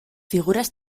figuras